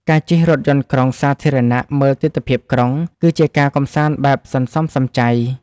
ការជិះរថយន្តក្រុងសាធារណៈមើលទិដ្ឋភាពក្រុង គឺជាការកម្សាន្តបែបសន្សំសំចៃ។